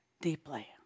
deeply